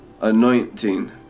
anointing